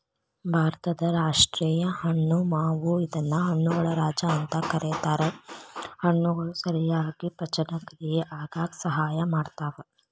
ಭಾರತದ ರಾಷ್ಟೇಯ ಹಣ್ಣು ಮಾವು ಇದನ್ನ ಹಣ್ಣುಗಳ ರಾಜ ಅಂತ ಕರೇತಾರ, ಹಣ್ಣುಗಳು ಸರಿಯಾಗಿ ಪಚನಕ್ರಿಯೆ ಆಗಾಕ ಸಹಾಯ ಮಾಡ್ತಾವ